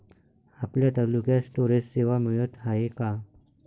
आपल्या तालुक्यात स्टोरेज सेवा मिळत हाये का?